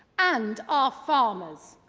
and our farmers,